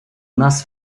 нас